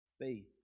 faith